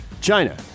China